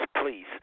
please